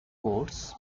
quotes